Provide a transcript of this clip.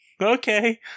Okay